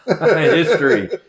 History